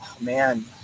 Man